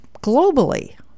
globally